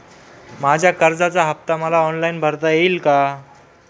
माझ्या कर्जाचा हफ्ता मला ऑनलाईन भरता येईल का?